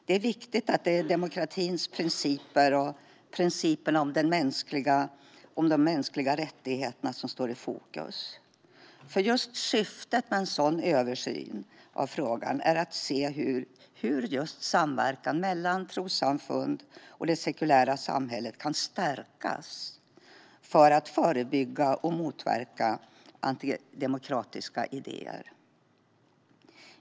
Det är viktigt att det är demokratins principer och principerna om de mänskliga rättigheterna som står i fokus. Syftet med en sådan översyn av frågan är att se hur samverkan mellan trossamfund och det sekulära samhället kan stärkas för att förebygga och motverka antidemokratiska idéer.